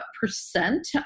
percent